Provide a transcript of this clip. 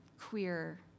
queer